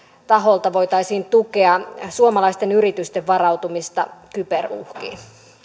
taholta voitaisiin tukea suomalaisten yritysten varautumista kyberuhkiin